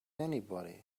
anybody